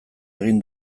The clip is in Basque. egin